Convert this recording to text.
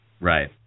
right